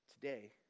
today